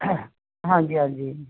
ਹਾਂਜੀ ਹਾਂਜੀ